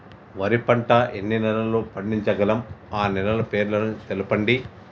వరి పంట ఎన్ని నెలల్లో పండించగలం ఆ నెలల పేర్లను తెలుపండి?